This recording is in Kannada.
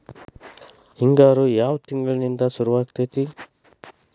ಹಿಂಗಾರು ಯಾವ ತಿಂಗಳಿನಿಂದ ಶುರುವಾಗತೈತಿ?